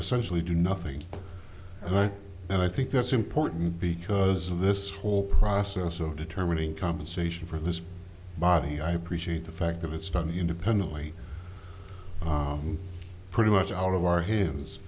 essentially do nothing and i then i think that's important because this whole process of determining compensation for this body i appreciate the fact that it's done independently pretty much out of our